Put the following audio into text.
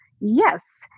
yes